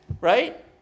right